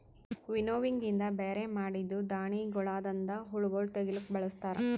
winnowing ಇಂದ ಬ್ಯಾರೆ ಮಾಡಿದ್ದೂ ಧಾಣಿಗೊಳದಾಂದ ಹುಳಗೊಳ್ ತೆಗಿಲುಕ್ ಬಳಸ್ತಾರ್